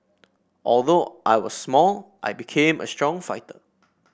although I was small I became a strong fighter